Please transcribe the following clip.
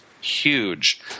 huge